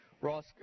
Ross